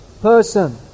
person